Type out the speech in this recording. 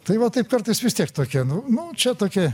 tai va taip kartais vis tiek tokia nu nu čia tokia